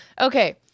Okay